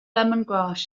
lemongrass